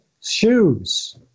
shoes